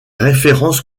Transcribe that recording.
références